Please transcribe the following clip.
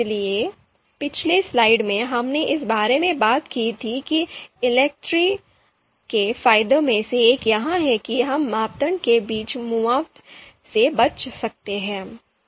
इसलिए पिछली स्लाइड में हमने इस बारे में बात की थी कि ELECTRE के फायदों में से एक यह है कि हम मापदंड के बीच मुआवजे से बच सकते हैं